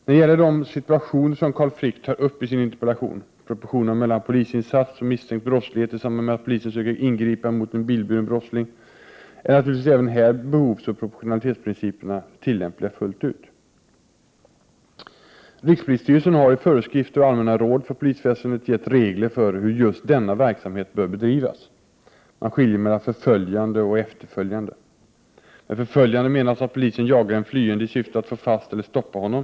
När det gäller de situationer som Carl Frick tar upp i sin interpellation — proportionerna mellan polisinsats och misstänkt brottslighet i samband med att polisen söker ingripa mot en bilburen brottsling — är naturligtvis även här behovsoch proportionalitetsprinciperna tillämpliga fullt ut. Rikspolisstyrelsen har i föreskrifter och allmänna råd för polisväsendet gett regler för hur just denna verksamhet bör bedrivas. Man skiljer mellan förföljande och efterföljande. Med förföljande menas att polisen jagar en flyende i syfte att få fast eller stoppa honom.